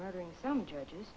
murdering some judges